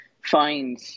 find